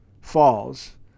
Falls